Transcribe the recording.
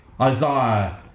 Isaiah